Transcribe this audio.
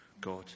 God